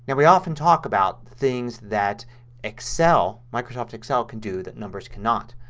and we often talk about things that excel, microsoft excel, can do that numbers cannot.